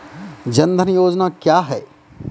जन धन योजना क्या है?